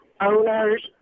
owners